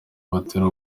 batera